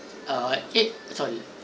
uh eight sorry